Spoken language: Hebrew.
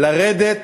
לרדת